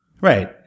Right